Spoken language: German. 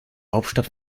hauptstadt